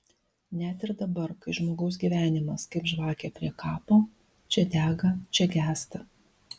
net ir dabar kai žmogaus gyvenimas kaip žvakė prie kapo čia dega čia gęsta